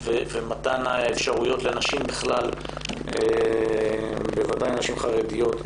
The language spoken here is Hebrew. ומתן האפשרויות לנשים בכלל, בוודאי נשים חרדיות,